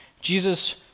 Jesus